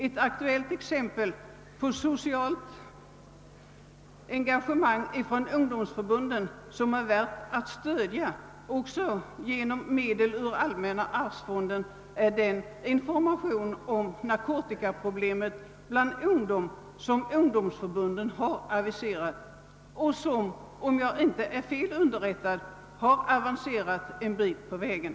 Ett aktuellt exempel på initiativ från ungdomsförbunden som är värda att stödjas också med anslag ur allmänna arvsfonden är den information bland ungdomen om narkotikaproblemen som ungdomsförbunden har aviserat och som — om jag inte är felaktigt underrättad — redan har avancerat en bit på vägen.